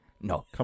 No